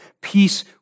Peace